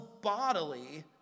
bodily